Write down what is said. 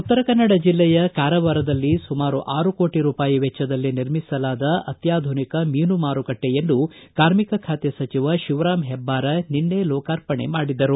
ಉತ್ತರ ಕನ್ನಡ ಜಿಲ್ಲೆಯ ಕಾರವಾರದಲ್ಲಿ ಸುಮಾರು ಆರು ಕೋಟ ರೂಪಾಯಿ ವೆಚ್ವದಲ್ಲಿ ನಿರ್ಮಿಸಲಾದ ಅತ್ಯಾಧುನಿಕ ಮೀನು ಮಾರುಕಟ್ಟೆಯನ್ನು ಕಾರ್ಮಿಕ ಖಾತೆ ಸಚಿವ ಶಿವರಾಮ ಹೆಬ್ಲಾರ ನಿನ್ನೆ ಲೋಕಾರ್ಪಣೆ ಮಾಡಿದರು